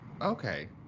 Okay